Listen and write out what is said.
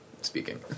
speaking